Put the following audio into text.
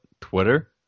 Twitter